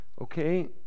okay